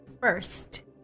first